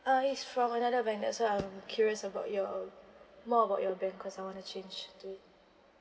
uh yes from another bank that's why I'm curious about your more about your bank cause I wanna change to it